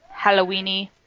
Halloweeny